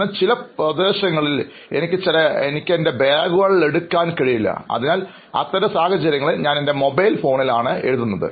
എന്നാൽ ചില പ്രദേശങ്ങളിൽ എനിക്ക് എൻറെ ബാഗുകൾ എടുക്കാൻ കഴിയില്ല അതിനാൽ അത്തരം സാഹചര്യങ്ങളിൽ ഞാൻ എൻറെ മൊബൈൽ ഫോണിൽ ആണ് എഴുതാറുള്ളത്